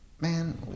man